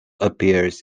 appears